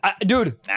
Dude